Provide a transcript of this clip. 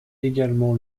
également